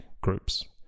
groups